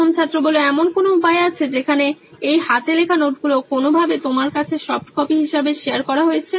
প্রথম ছাত্র এমন কোনো উপায় আছে যেখানে এই হাতে লেখা নোটগুলো কোনোভাবে তোমার কাছে সফট কপি হিসেবে শেয়ার করা হয়েছে